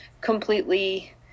completely